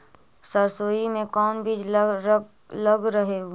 सरसोई मे कोन बीज लग रहेउ?